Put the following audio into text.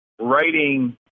writing